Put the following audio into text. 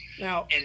Now